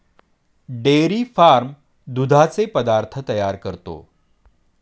dairy farm दुधाचे पदार्थ तयार करतो